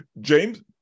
james